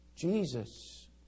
Jesus